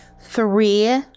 three